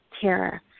terror